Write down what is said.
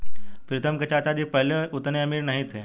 प्रीतम के चाचा जी पहले उतने अमीर नहीं थे